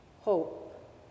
hope